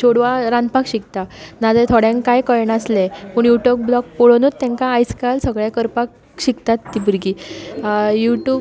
चेडवां रांदपाक शिकता ना जाल्यार थोड्यांक काय कळनासलें पूण यु ट्यूब ब्लॉग पळोवनूच तांकां आयज काल सगळें करपाक शिकतात ती भुरगीं यु ट्यूब